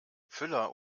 füller